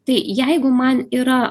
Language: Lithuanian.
tai jeigu man yra